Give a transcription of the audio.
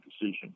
decision